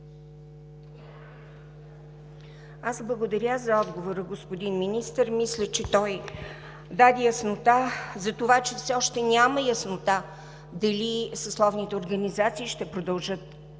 Благодаря за отговора, господин Министър. Мисля, че той даде яснота за това, че все още няма светлина дали съсловните организации ще продължат